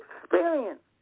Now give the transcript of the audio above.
experience